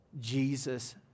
Jesus